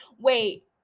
Wait